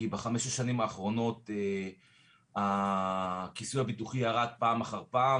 כי בחמש השנים האחרונות הכיסוי הביטוחי ירד פעם אחר פעם